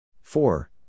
four